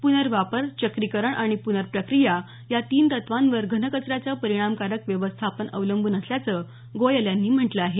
पुनर्वापर चक्रीकरण आणि प्नर्प्रक्रिया या तीन तत्त्वांवर घनकचऱ्याचं परिणामकारक व्यवस्थापन अवलंबून असल्याचं गोयल यांनी म्हटलं आहे